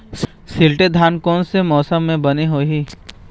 शिल्टी धान कोन से मौसम मे बने होही?